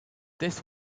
this